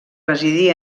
residir